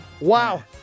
Wow